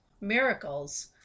miracles